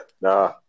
nah